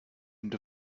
end